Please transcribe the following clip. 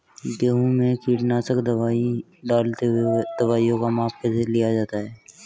गेहूँ में कीटनाशक दवाई डालते हुऐ दवाईयों का माप कैसे लिया जाता है?